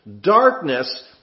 Darkness